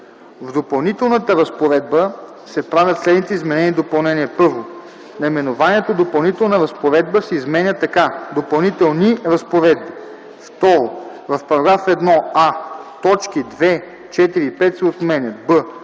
В Допълнителната разпоредба се правят следните изменения и допълнения: 1. Наименованието „Допълнителна разпоредба” се изменя така: „Допълнителни разпоредби”. 2. В § 1: а) точки 2, 4 и 5 се отменят; б)